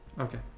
Okay